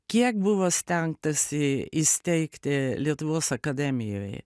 kiek buvo stengtasi įsteigti lietuvos akademijoj